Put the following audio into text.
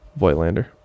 voigtlander